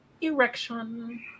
erection